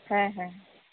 ᱦᱮᱸ ᱦᱮᱸ